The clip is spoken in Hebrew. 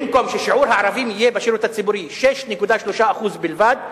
במקום ששיעור הערבים בשירות הציבורי יהיה 6.3% בלבד,